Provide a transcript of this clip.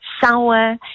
sour